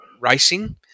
racing